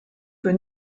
für